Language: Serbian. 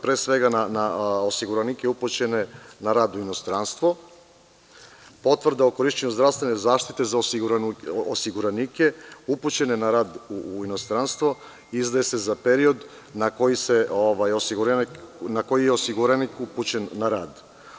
Pre svega na osiguranike upućene na rad u inostranstvo, potvrda o korišćenju zdravstvene zaštite za osiguranike upućene na rad u inostranstvo, izdaje se za period na koji je osiguranik upućen na rad.